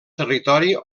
territori